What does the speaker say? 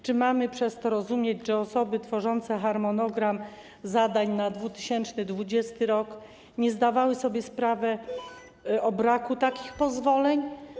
Czy mamy przez to rozumieć, że osoby tworzące harmonogram zadań na 2020 r. nie zdawały sobie sprawy z braku takich pozwoleń?